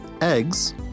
eggs